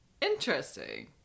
interesting